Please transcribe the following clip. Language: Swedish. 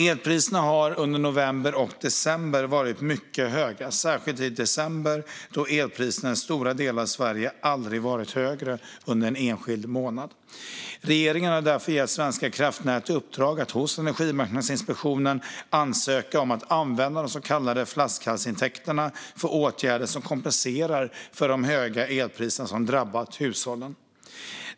Elpriserna har under november och december varit mycket höga, särskilt i december då elpriserna i stora delar av Sverige var högre än de någonsin tidigare varit under en enskild månad. Regeringen har därför gett Svenska kraftnät i uppdrag att hos Energimarknadsinspektionen ansöka om att använda de så kallade flaskhalsintäkterna till åtgärder som kompenserar för de höga elpriser som drabbat hushållen.